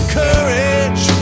courage